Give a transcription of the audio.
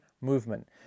movement